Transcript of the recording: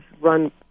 run